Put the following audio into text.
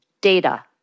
data